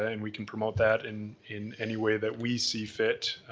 and we can promote that in in any way that we see fit.